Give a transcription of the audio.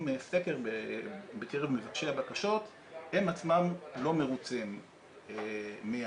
סקר בקרב מבקשי הבקשות הם עצמם לא מרוצים מהמענה,